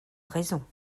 raison